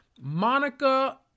Monica